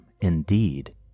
indeed